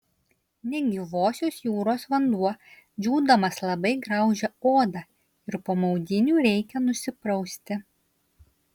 negyvosios jūros vanduo džiūdamas labai graužia odą ir po maudynių reikia nusiprausti